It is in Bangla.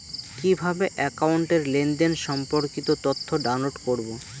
কিভাবে একাউন্টের লেনদেন সম্পর্কিত তথ্য ডাউনলোড করবো?